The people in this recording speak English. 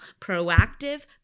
proactive